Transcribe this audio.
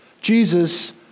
Jesus